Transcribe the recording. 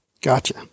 Gotcha